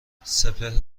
سپهر